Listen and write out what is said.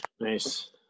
Nice